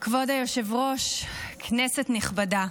כבוד היושב-ראש, כנסת נכבדה,